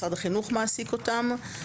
משרד החינוך מעסיק אותם,